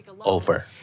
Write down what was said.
over